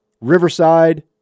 Riverside